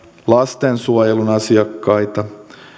lastensuojelun asiakkaita